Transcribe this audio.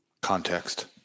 Context